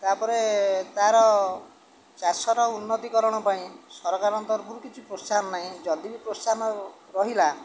ତା'ପରେ ତା'ର ଚାଷର ଉନ୍ନତିକରଣ ପାଇଁ ସରକାରଙ୍କ ତରଫରୁ କିଛି ପ୍ରୋତ୍ସାହନ ନାହିଁ ଯଦି ବି ପ୍ରୋତ୍ସାହନ ରହିଲା